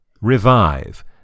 Revive